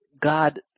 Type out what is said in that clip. God